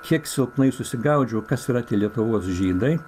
kiek silpnai susigaudžiau kas yra tie lietuvos žydai